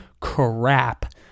crap